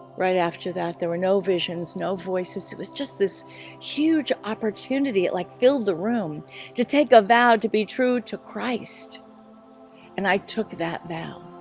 right after that there were no visions, no voices it was just this huge opportunity it like filled the room to take a vow to be true to christ and i took that now